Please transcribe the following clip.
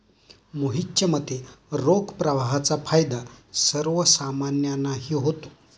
मोहितच्या मते, रोख प्रवाहाचा फायदा सर्वसामान्यांनाही होतो